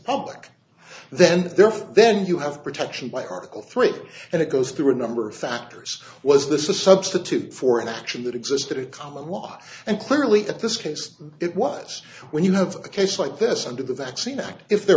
public then therefore then you have protection by article three and it goes through a number of factors was this is a substitute for an action that existed at common law and clearly at this case it was when you have a case like this under the vaccine act if there